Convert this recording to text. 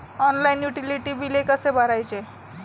Online utility बिले कसे भरायचे?